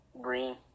Green